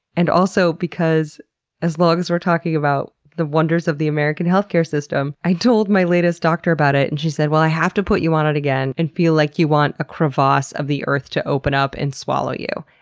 and also, because as long as we're talking about the wonders of the american healthcare system, i told my latest doctor about it and she said, well, i have to put you on it again and feel like you want a crevasse of the earth to open up and swallow you,